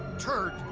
turd.